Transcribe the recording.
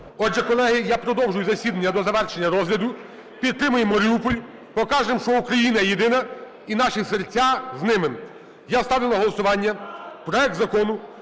Отже, колеги, я продовжую засідання до завершення розгляду. Підтримаємо Маріуполь, покажемо, що Україна єдина і наші серця з ними. Я ставлю на голосування проект Закону